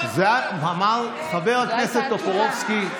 חבר הכנסת טופורובסקי,